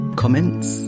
comments